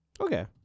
Okay